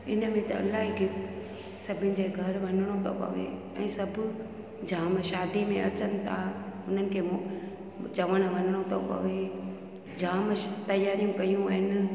इनमें त अलाई गिफ्ट सभिनि जे घर वञिणो थो पवे ऐं सभु जाम शादी में अचनि था हुननि खे मूं चवण वञिणो थो पवे जाम श तयारियूं कयूं आहिनि